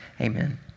amen